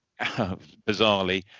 bizarrely